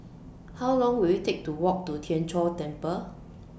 How Long Will IT Take to Walk to Tien Chor Temple